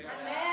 Amen